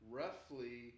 roughly